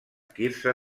quirze